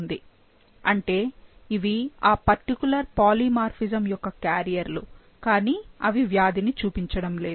అంటే ఇవి ఆ పర్టికులర్ పాలిమార్ఫిజమ్ యొక్క క్యారియర్లు కానీ అవి వ్యాధిని చూపించడం లేదు